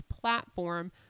platform